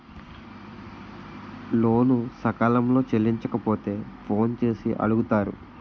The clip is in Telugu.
లోను సకాలంలో చెల్లించకపోతే ఫోన్ చేసి అడుగుతారు